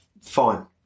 fine